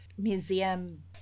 museum